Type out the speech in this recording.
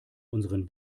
unseren